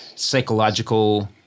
psychological